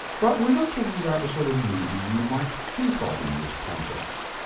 but we're not talking about the sort of movie you might think ah of in this context,